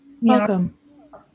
Welcome